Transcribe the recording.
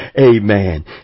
Amen